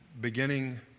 beginning